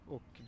Och